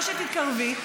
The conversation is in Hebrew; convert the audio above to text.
או שתתקרבי,